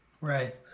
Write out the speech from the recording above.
right